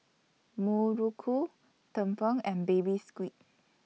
Muruku Tumpeng and Baby Squid